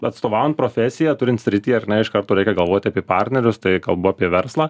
atstovaujant profesiją turint sritį ar ne iš karto reikia galvoti apie partnerius tai kalbu apie verslą